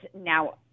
now